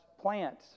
plant